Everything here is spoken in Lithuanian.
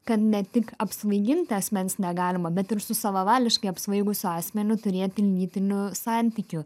kad ne tik apsvaiginti asmens negalima bet ir su savavališkai apsvaigusiu asmeniu turėti lytinių santykių